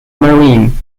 marine